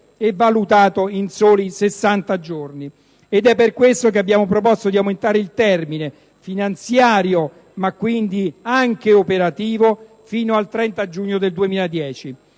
e valutato in soli 60 giorni. Ed è per questo che abbiamo proposto di aumentare il termine, finanziario ma quindi anche operativo, fino al 30 giugno 2010.